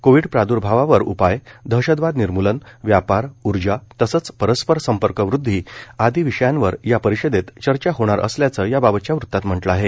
Covid प्रादुर्भावावर उपाय दहशतवाद निर्म्लन व्यापार ऊर्जा तसंच परस्पर संपर्कवृद्धी आदी विषयांवर या परिषदेत चर्चा होणार असल्याचं याबाबतच्या वृत्तात म्हटलं आहे